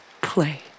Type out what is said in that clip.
play